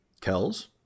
Kells